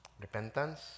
Repentance